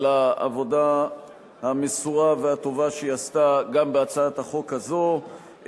על העבודה המסורה והטובה שהיא עשתה גם בהצעת חוק הזאת,